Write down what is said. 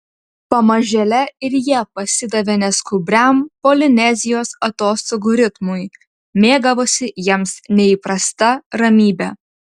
pamažėle ir jie pasidavė neskubriam polinezijos atostogų ritmui mėgavosi jiems neįprasta ramybe